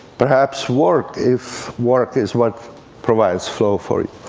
perhaps work, if work is what provides flow for you.